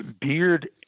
Beard